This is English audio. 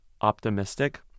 optimistic